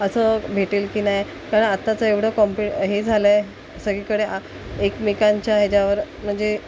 असं भेटेल की नाही कारण आत्ताचं एवढं कॉम्प्यु हे झालं आहे सगळीकडे आ एकमेकांच्या ह्याच्यावर म्हणजे